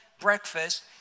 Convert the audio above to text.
breakfast